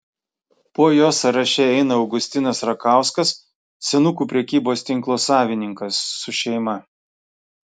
po jo sąraše eina augustinas rakauskas senukų prekybos tinko savininkas su šeima